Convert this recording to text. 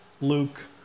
Luke